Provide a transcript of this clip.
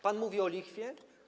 Pan mówi o lichwie?